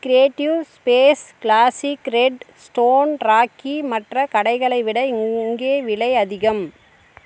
creative Space Classic Red Stone Rocky மற்ற கடைகளை விட இங்கே விலை அதிகம்